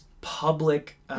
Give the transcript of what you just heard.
public